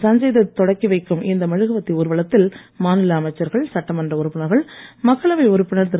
சஞ்சய் தத் தொடங்கி வைக்கும் இந்த மெழுகுவர்த்தி ஊர்வலத்தில் மாநில அமைச்சர்கள் சட்டமன்ற உறுப்பினர்கள் மக்களவை உறுப்பினர் திரு